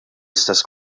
istess